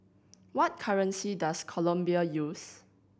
what currency does Colombia use